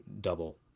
double